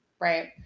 Right